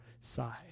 side